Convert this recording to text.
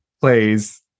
plays